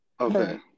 Okay